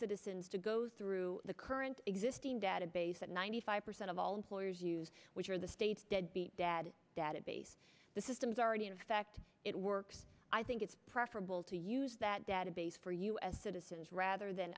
citizens to go through the current existing database that ninety five percent of all employers use which are the state's deadbeat dad database the systems already in effect it works i think it's preferable to use that database for u s citizens rather than